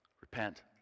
repent